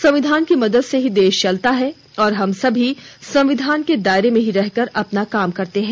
संविधान की मदद से ही देश चलता है और हम सभी संविधान के दायरे में ही रहकर अपना काम करते हैं